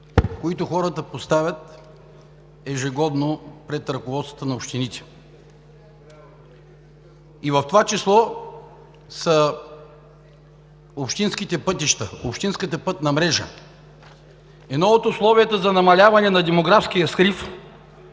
които хората поставят ежегодно пред ръководствата на общините, в това число общинските пътища и общинската пътна мрежа. Едно от условията за намаляване на демографския срив,